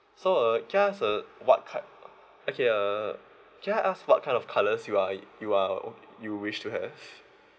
so uh just uh what type okay err can I ask what kind of colours you are you are you wish to have